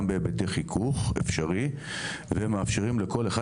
גם בהיבטי חיכוך אפשרי ומאפשרים לכל אחד